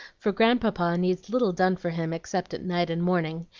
for grandpapa needs little done for him except at night and morning,